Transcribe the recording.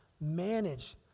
manage